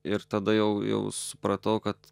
ir tada jau jau supratau kad